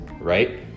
right